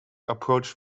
approach